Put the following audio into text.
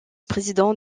président